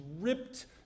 ripped